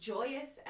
Joyous